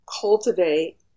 cultivate